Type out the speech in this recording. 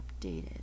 updated